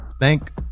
thank